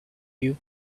you